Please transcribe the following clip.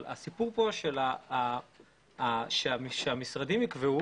אבל הסיפור כאן שהמשרדים יקבעו